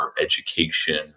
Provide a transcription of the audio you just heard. education